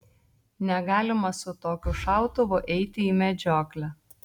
negalima su tokiu šautuvu eiti į medžioklę